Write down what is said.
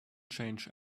change